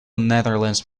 netherlands